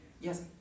Yes